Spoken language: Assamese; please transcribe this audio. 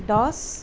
দহ